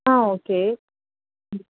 ஆ okay ம்